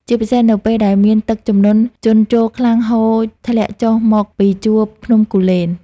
ជាពិសេសនៅពេលដែលមានទឹកជំនន់ជន់ជោរខ្លាំងហូរធ្លាក់ចុះមកពីជួរភ្នំគូលែន។